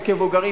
כמבוגרים,